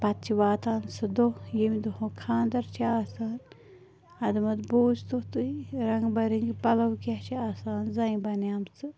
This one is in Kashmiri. پتہٕ چھُ واتان سُہ دۄہ ییٚمہِ دۄہ خانٛدر چھُ آسان اَدٕ مت بوزتو تُہۍ رنٛگ بَہ رٔنگۍ پَلو کیٛاہ چھِ آسان زنہِ بنیمژٕ